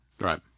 Right